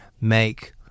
make